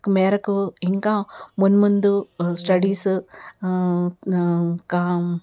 మేరకు ఇంకా మునుముందు స్టడీస్ క